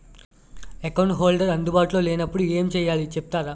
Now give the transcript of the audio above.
Account holder అందు బాటులో లే నప్పుడు ఎం చేయాలి చెప్తారా?